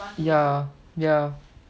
ya ya